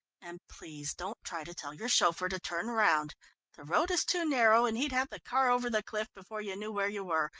and please don't try to tell your chauffeur to turn round the road is too narrow, and he'd have the car over the cliff before you knew where you were,